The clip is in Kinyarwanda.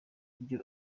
ryo